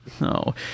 No